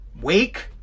Wake